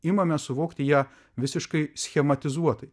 imame suvokti ją visiškai schematizuotai